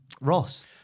Ross